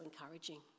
encouraging